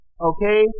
okay